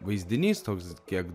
vaizdinys toks kiek